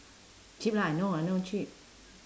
cheap lah I know I know cheap